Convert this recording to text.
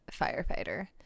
firefighter